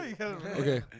Okay